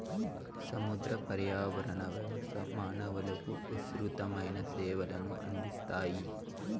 సముద్ర పర్యావరణ వ్యవస్థ మానవులకు విసృతమైన సేవలను అందిస్తాయి